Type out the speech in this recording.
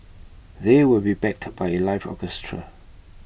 they will be backed by A live orchestra